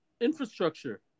infrastructure